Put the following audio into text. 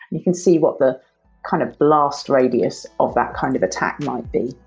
you could see what the kind of blast radius of that kind of attack might be.